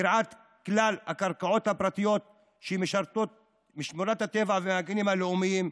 גריעת כלל הקרקעות הפרטיות משמורות הטבע והגנים הלאומיים,